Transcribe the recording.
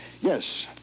Yes